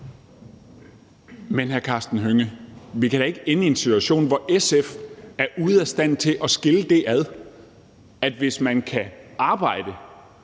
Men, hr. Karsten Hønge, vi kan da ikke ende i en situation, hvor SF er ude af stand til at skille det ad, at hvis man kan arbejde,